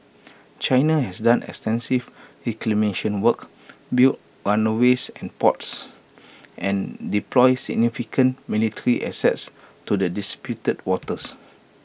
China has done extensive reclamation work built run A ways and ports and deployed significant military assets to the disputed waters